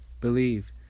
Believe